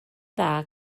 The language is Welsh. dda